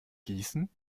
gießen